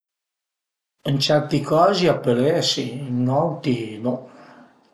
Ën certi cazi a pöl esi, ën auti no